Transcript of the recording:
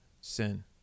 sin